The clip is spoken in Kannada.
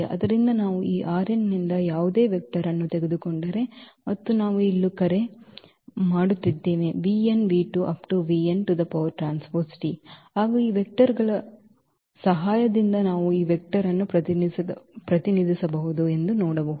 ಆದ್ದರಿಂದ ನಾವು ಈ ನಿಂದ ಯಾವುದೇ ವೆಕ್ಟರ್ ಅನ್ನು ತೆಗೆದುಕೊಂಡರೆ ಮತ್ತು ನಾವು ಇಲ್ಲಿ ಕರೆ ಮಾಡುತ್ತಿದ್ದೇವೆ ಆಗ ಈ ವೆಕ್ಟರ್ಗಳ ಸಹಾಯದಿಂದ ನಾವು ಈ ವೆಕ್ಟರ್ ಅನ್ನು ಪ್ರತಿನಿಧಿಸಬಹುದು ಎಂದು ನೋಡಬಹುದು